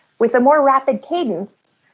with a more rapid cadence,